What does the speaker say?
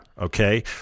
okay